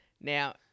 Now